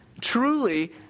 Truly